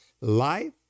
life